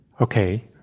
okay